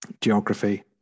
geography